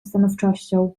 stanowczością